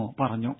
O പറഞ്ഞു